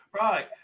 right